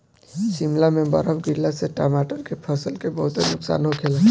शिमला में बरफ गिरला से टमाटर के फसल के बहुते नुकसान होखेला